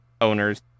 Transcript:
owner's